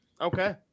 okay